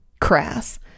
crass